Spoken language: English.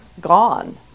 gone